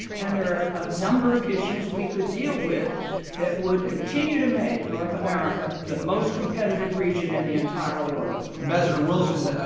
and there are a number of issues we could deal with that would continue to make north america the most competitive region in the entire world ambassador wilson,